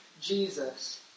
Jesus